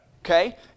okay